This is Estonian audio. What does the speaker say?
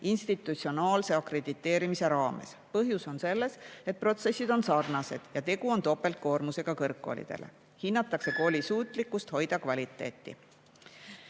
institutsionaalse akrediteerimise raames. Põhjus on selles, et protsessid on sarnased ja tegu on topeltkoormusega kõrgkoolidele. Hinnatakse kooli suutlikkust hoida kvaliteeti.